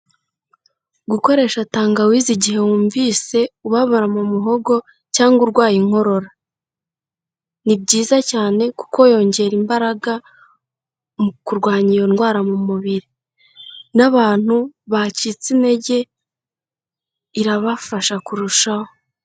Gukoresha tangawizi igihe wumvise ubabara mu muhogo cyangwa urwaye inkorora, ni byiza cyane kuko yongera imbaraga mu kurwanya iyo ndwara mu mubiri n'abantu bacitse intege irabafasha kurushaho.